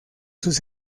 sus